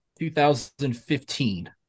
2015